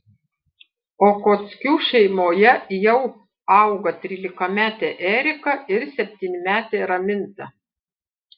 okockių šeimoje jau auga trylikametė erika ir septynmetė raminta